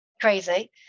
crazy